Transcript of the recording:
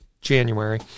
January